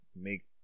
make